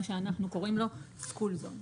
מה שאנחנו קוראים לו סקול זון.